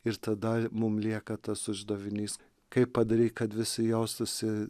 ir tada mum lieka tas uždavinys kaip padaryt kad visi jaustųsi